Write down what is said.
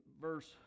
verse